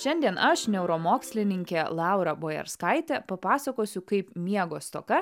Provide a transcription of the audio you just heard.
šiandien aš neuromokslininkė laura bojarskaitė papasakosiu kaip miego stoka